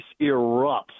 erupts